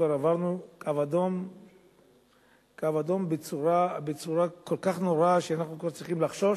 כבר עברנו קו אדום בצורה כל כך נוראה שאנחנו כבר צריכים לחשוש.